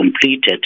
completed